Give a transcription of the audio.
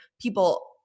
people